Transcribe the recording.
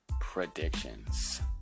predictions